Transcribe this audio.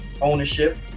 ownership